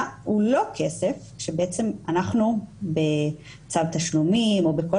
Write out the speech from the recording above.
הוא לא כסף שבעצם אנחנו בצו תשלומים או בכל